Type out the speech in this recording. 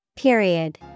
period